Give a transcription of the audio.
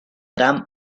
tram